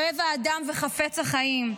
אוהב האדם וחפץ החיים.